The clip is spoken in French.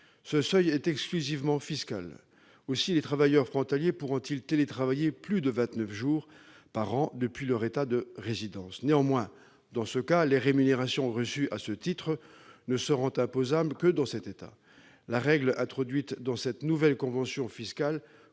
Ce seuil est exclusivement fiscal. Aussi les travailleurs frontaliers pourront-ils télétravailler plus de vingt-neuf jours par an depuis leur État de résidence. Néanmoins, dans ce cas, les rémunérations reçues à ce titre ne seront imposables que dans cet État. La règle introduite dans cette nouvelle convention fiscale